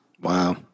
Wow